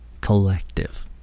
collective